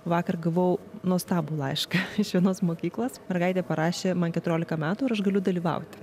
vakar gavau nuostabų laišką iš vienos mokyklos mergaitė parašė man keturiolika metų ar aš galiu dalyvauti